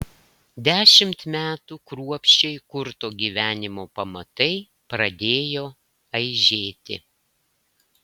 dešimt metų kruopščiai kurto gyvenimo pamatai pradėjo aižėti